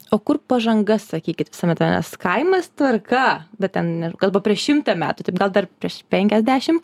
o kur pažanga sakykit visame tame kaimas tvarka bet ten než gal dar prieš šimtą metų taip gal dar prieš penkiasdešim